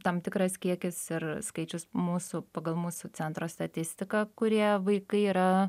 tam tikras kiekis ir skaičius mūsų pagal mūsų centro statistiką kurie vaikai yra